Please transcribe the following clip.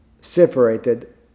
separated